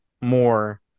more